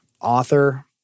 author